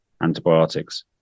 antibiotics